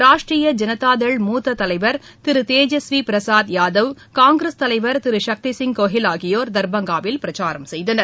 ராஷ்டிரிய ஜனதாதள் மூத்ததலைவர் திருதேஜஸ்விபிரசாத் யாதவ் காங்கிரஸ் தலைவர் திருசக்திசிங் கோஹில் ஆகியோர் தர்பங்காவில் பிரச்சாரம் செய்தனர்